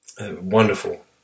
Wonderful